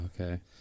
okay